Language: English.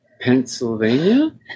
Pennsylvania